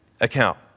account